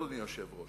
אדוני היושב-ראש,